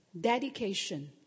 Dedication